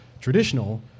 traditional